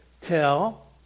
tell